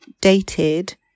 dated